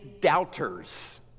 doubters